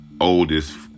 oldest